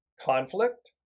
conflict